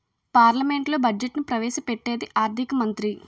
పార్లమెంట్లో బడ్జెట్ను ప్రవేశ పెట్టేది ఆర్థిక మంత్రి